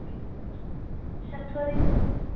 اچھا تھوڑی دیر